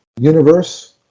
universe